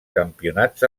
campionats